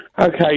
Okay